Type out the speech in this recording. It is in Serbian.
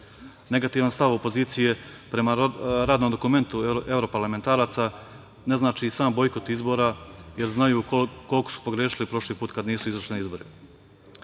građana. Negativan stav opozicije prema radnom dokumentu evroparlamentaraca ne znači i sam bojkot izbora, jer znaju koliko su pogrešili prošli put kad nisu izašli na